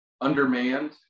undermanned